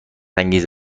انگیز